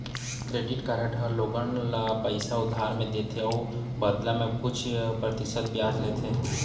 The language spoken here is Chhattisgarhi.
क्रेडिट कारड ह लोगन ल पइसा उधार म देथे अउ बदला म कुछ परतिसत बियाज लेथे